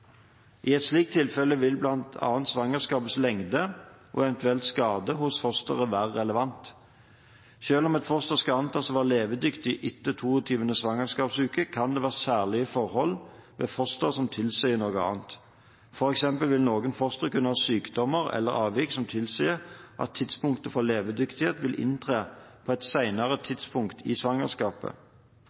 I slike tilfeller vil bl.a. svangerskapets lengde og eventuelle skader hos fosteret være relevant. Selv om et foster skal antas å være levedyktig etter 22. svangerskapsuke, kan det være særlige forhold ved fosteret som tilsier noe annet. For eksempel vil noen fostre kunne ha sykdommer eller avvik som tilsier at tidspunktet for levedyktighet vil inntre på et senere tidspunkt i svangerskapet.